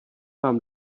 vám